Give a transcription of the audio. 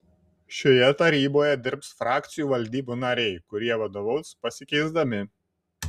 šioje taryboje dirbs frakcijų valdybų nariai kurie vadovaus pasikeisdami